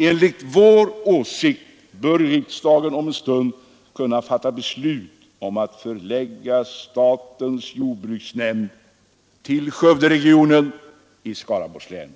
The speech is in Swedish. Enligt vår åsikt bör riksdagen om en stund kunna fatta beslut om att förlägga statens jordbruksnämnd till Skövderegionen i Skaraborgs län.